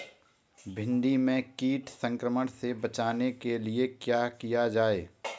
भिंडी में कीट संक्रमण से बचाने के लिए क्या किया जाए?